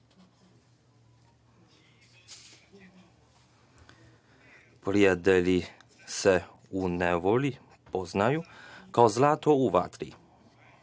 Prijatelji se u ne volji poznaju kao zlato u vatri,